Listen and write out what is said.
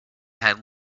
had